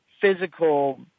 physical